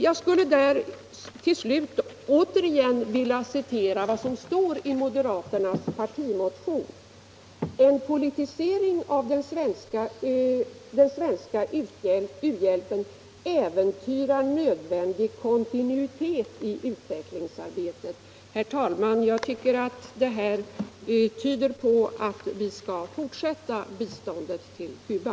Jag skulle till slut återigen vilja citera ur moderaternas partimotion: ”En politisering av den svenska u-hjälpen äventyrar —-—-- nödvändig kontinuitet i utvecklingsarbetet ———” Herr talman! Jag tycker att det här tyder på att vi skall fortsätta biståndet till Cuba.